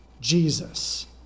Jesus